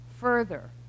further